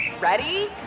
Ready